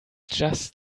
just